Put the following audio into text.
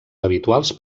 habituals